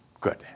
Good